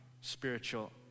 spiritual